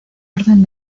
orden